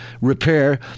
repair